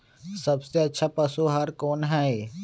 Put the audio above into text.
सबसे अच्छा पशु आहार कोन हई?